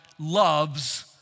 loves